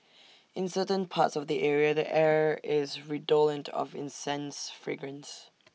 in certain parts of the area the air is redolent of incense fragrance